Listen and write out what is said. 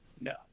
No